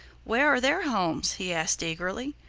where are their homes? he asked eagerly.